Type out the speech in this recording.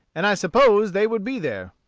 and i supposed they would be there.